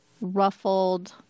ruffled